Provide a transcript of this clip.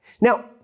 Now